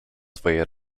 twoje